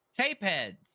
Tapeheads